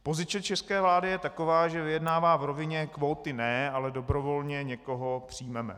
Pozice české vlády je taková, že vyjednává v rovině: kvóty ne, ale dobrovolně někoho přijmeme.